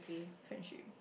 friendship